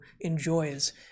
enjoys